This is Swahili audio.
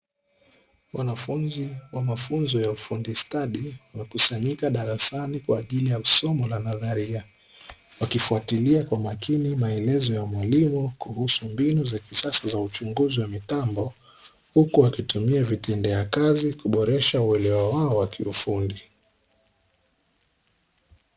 Wanafunzi wa mafunzo ya ufundi stadi wamekusanyika darasani kwa ajili ya somo la nadharia, wakifuatilia kwa makini maelezo ya mwalimu kuhusu mbinu za kisasa za uchunguzi wa mitambo, huku wakitumia vitendea kazi kuboresha uelewa wao wa kiufundi.